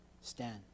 stand